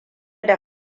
da